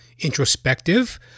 introspective